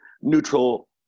neutral